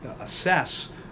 assess